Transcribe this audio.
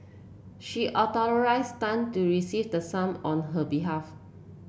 she authorised Tan to receive the sum on her behalf